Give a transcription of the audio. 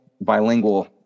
bilingual